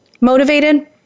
motivated